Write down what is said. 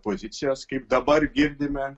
pozicijas kaip dabar girdime